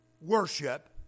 worship